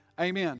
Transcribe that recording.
Amen